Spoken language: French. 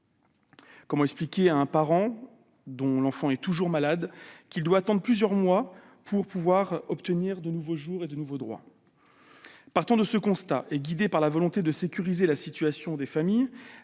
Comment expliquer à un parent dont l'enfant est toujours malade qu'il doit attendre plusieurs mois avant de pouvoir obtenir de nouveaux jours et de nouveaux droits ? Partant de ce constat et guidés par la volonté de sécuriser la situation des familles,